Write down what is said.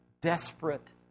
desperate